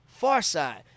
Farside